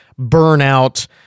burnout